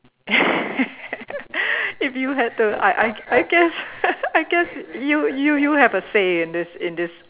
if you had the I I I guess I guess you you have a say in this in this